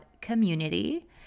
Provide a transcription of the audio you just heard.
community